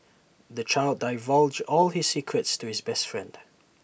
the child divulged all his secrets to his best friend